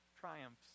triumphs